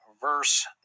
verse